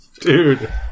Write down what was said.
Dude